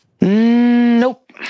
Nope